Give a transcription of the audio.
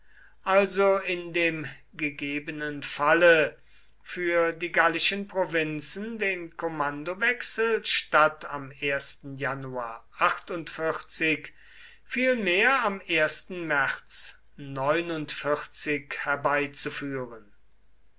also in dem gegebenen falle für die gallischen provinzen den kommandowechsel statt am januar am märz herbeizuführen